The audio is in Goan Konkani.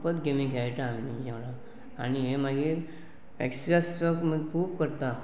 खूपच गेमी खेळटा आमी तेंच्या वांगडा आनी हे मागीर एक्ससायज सुद्दां खूब करता